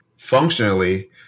functionally